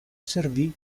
servì